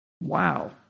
Wow